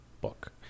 book